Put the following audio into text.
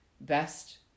best